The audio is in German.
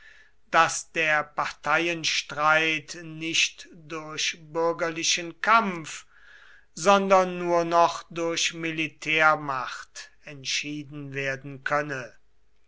daß der parteienstreit nicht durch bürgerlichen kampf sondern nur noch durch militärmacht entschieden werden könne